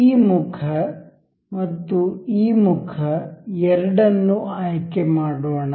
ಈ ಮುಖ ಮತ್ತು ಈ ಮುಖ ಎರಡನ್ನು ಆಯ್ಕೆ ಮಾಡೋಣ